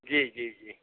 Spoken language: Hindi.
जी जी जी